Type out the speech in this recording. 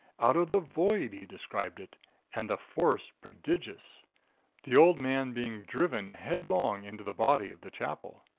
out of the void, he described it and the force prodigious the old man being driven headlong into the body of the chapel.